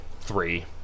three